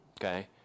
okay